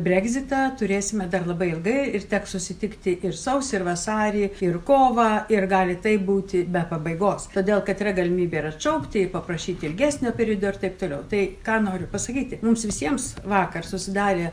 bregzitą turėsime dar labai ilgai ir teks susitikti ir sausį ir vasarį ir kovą ir gali taip būti be pabaigos todėl kad yra galimybė ir atšaukti paprašyti ilgesnio periodo ir taip toliau tai ką noriu pasakyti mums visiems vakar susidarė